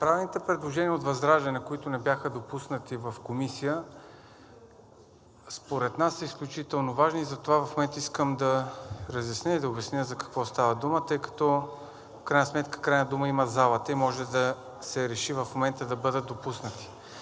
Направените предложения от ВЪЗРАЖДАНЕ, които не бяха допуснати в Комисията, според нас са изключително важни и затова в момента искам да разясня и да обясня за какво става дума, тъй като в крайна сметка има зала и може да се реши в момента да бъдат допуснати.